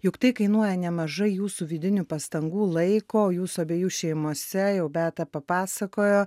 juk tai kainuoja nemažai jūsų vidinių pastangų laiko jūsų abiejų šeimose jau beata papasakojo